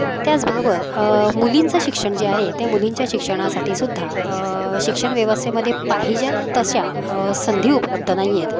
त्याचबरोबर मुलींचं शिक्षण जे आहे त्या मुलींच्या शिक्षणासाठीसुद्धा शिक्षण व्यवस्थेमध्ये पाहिजे आहेत तशा संधी उपलब्ध नाही आहेत